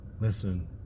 listen